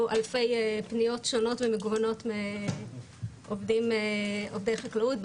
אלפי פניות שונות ומגוונות מעובדי חקלאות,